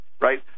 right